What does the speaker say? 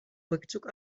rückzug